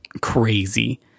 Crazy